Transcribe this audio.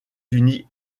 unis